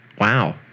Wow